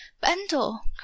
Bendel